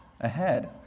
ahead